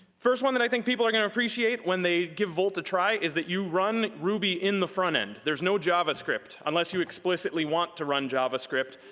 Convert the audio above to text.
first one that i think people are gonna appreciate when they give volt a try, is that you run ruby in the front end. there's no java-script unless you explicitly want to run javascript.